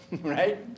right